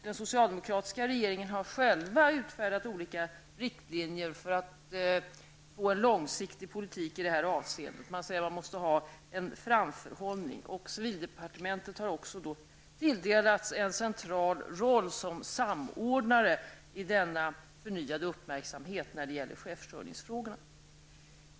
Den socialdemokratiska regeringen har själv utfärdat olika riktlinjer för att få till stånd en långsiktig politik i detta avseende. Man säger att man måste ha en framförhållning. Civildepartementet har tilldelats en central roll som samordnare i denna förnyade uppmärksamhet på chefsförsörjningsfrågorna.